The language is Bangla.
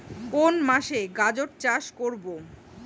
কোন মাসে গাজর চাষ করব?